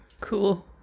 Cool